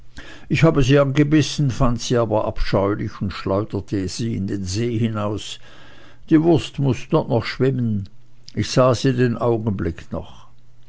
ich habe sie angebissen fand sie aber abscheulich und schleuderte sie in den see hinaus die wurst muß noch dort schwimmen ich sah sie den augenblick noch